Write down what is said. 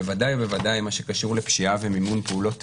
בוודאי ובוודאי מה קשור לפשיעה ומימון פעולות טרור.